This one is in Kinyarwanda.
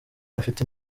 afite